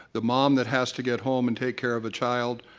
the mom that has to get home and take care of a child.